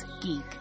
geek